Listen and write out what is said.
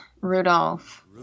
Rudolph